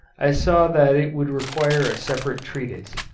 i saw that it would require a separate treatise.